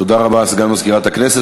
תודה רבה, סגן מזכירת הכנסת.